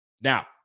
Now